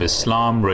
Islam